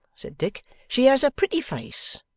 said dick, she has a pretty face,